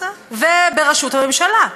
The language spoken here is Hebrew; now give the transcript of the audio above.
ובראשות הממשלה.